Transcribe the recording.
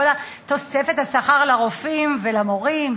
כל תוספת השכר לרופאים ולמורים,